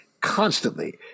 constantly